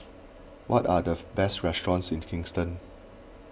what are the best restaurants in the Kingston